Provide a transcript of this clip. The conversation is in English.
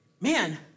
Man